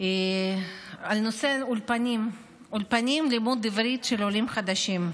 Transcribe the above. על נושא האולפנים ללימוד עברית של עולים חדשים.